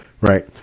Right